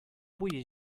буе